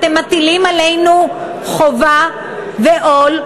אתם מטילים עלינו חובה ועול,